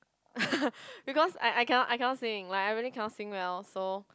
because I I cannot I cannot sing like I really cannot sing well so